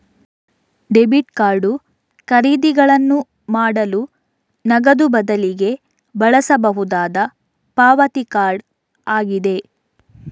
debit card ಖರೀದಿಗಳನ್ನು ಮಾಡಲು ನಗದು ಬದಲಿಗೆ ಬಳಸಬಹುದಾದ ಪಾವತಿ ಕಾರ್ಡ್ ಆಗಿದೆ